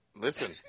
Listen